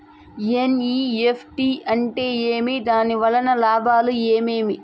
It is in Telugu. ఎన్.ఇ.ఎఫ్.టి అంటే ఏమి? దాని వలన లాభాలు ఏమేమి